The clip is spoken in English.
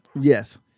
Yes